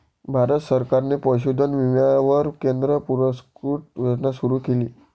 भारत सरकारने पशुधन विम्यावर केंद्र पुरस्कृत योजना सुरू केली